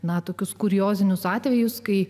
na tokius kuriozinius atvejus kai